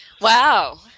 Wow